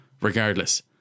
regardless